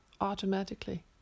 automatically